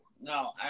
No